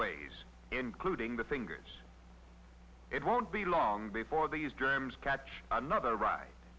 ways including the fingers it won't be long before these dreams catch another ri